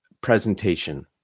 presentation